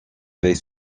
veille